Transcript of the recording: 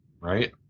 Right